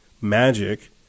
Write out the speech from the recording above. magic